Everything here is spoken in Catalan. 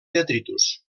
detritus